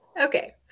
Okay